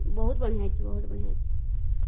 ବହୁତ ବଢ଼ିଆଁ ହୋଇଛି ବହୁତ ବଢ଼ିଆଁ ହୋଇଛି